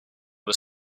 was